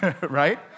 right